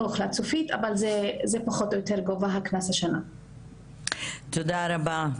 תודה רבה.